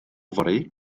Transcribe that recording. fory